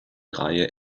reihe